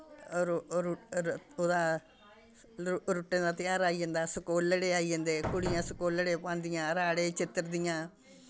रो रु र उ'दा रु रुट्टें दा तेहार आई जंदा स्कोलड़े आई जन्दे कुड़ियां स्कोलड़े पांदियां राड़े चित्तर दियां